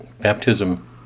baptism